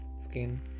skin